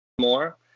more